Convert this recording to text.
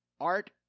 Art